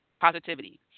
positivity